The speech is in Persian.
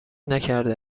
نکرده